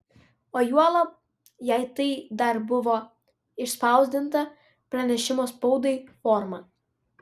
o juolab jei tai dar buvo išspausdinta pranešimo spaudai forma